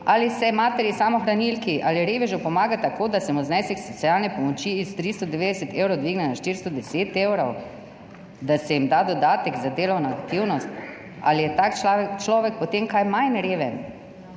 »ali se materi samohranilki ali revežu pomaga tako, da se mu znesek socialne pomoči s 390 evrov dvigne na 410 evrov, da se jim da dodatek za delovno aktivnost. Ali je tak človek potem kaj manj reven?